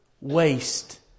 waste